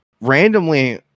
randomly